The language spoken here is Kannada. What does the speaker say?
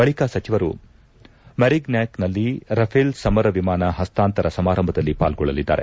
ಬಳಿಕ ಸಚಿವರು ಮೆರಿಗ್ನ್ನಾಕ್ನಲ್ಲಿ ರಫೇಲ್ ಸಮರ ವಿಮಾನ ಹಸ್ತಾಂತರ ಸಮಾರಂಭದಲ್ಲಿ ಪಾಲ್ಗೊಳ್ಳಲಿದ್ದಾರೆ